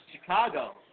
Chicago